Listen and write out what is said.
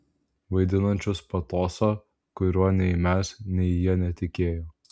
vaidinančius patosą kuriuo nei mes nei jie netikėjo